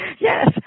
Yes